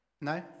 No